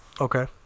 Okay